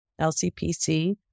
LCPC